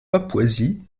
papouasie